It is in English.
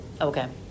okay